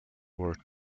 were